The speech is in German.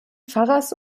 pfarrers